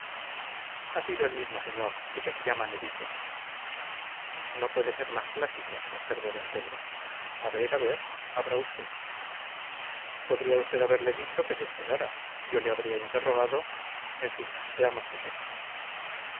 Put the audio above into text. ha sido el mismo señor ese que llaman edipo no puede ser más clásico observó don pedro a ver a ver abra usted podría usted haberle dicho que se esperara yo le habría interrogado en fin veamos qué es esto